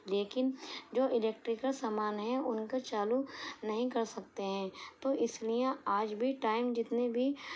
لیکن جو الیکٹریکل سامان ہیں ان کا چالو نہیں کر سکتے ہیں تو اس لیے آج بھی ٹائم جتنے بھی